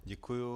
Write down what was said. Děkuju.